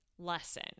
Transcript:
lesson